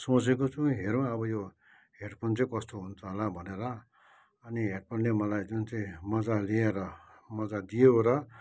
सोचेको छु हेरौँ अब यो हेडफोन चाहिँ कस्तो हुन्छ होला भनेर अनि हेडफोनले मलाई जुन चाहिँ मज्जा लिएर मज्जा दियो र